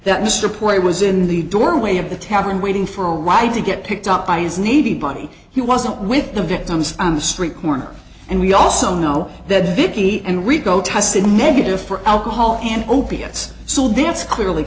that mr porter was in the doorway of the tavern waiting for a ride to get picked up by his needy buddy he wasn't with the victims on the street corner and we also know that vicki and rico tested negative for alcohol and opiates so that's clearly